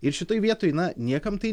ir šitoje vietoj na niekam tai